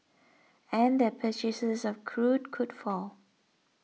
and their purchases of crude could fall